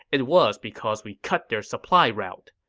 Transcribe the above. it was because we cut their supply route.